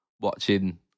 watching